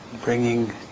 bringing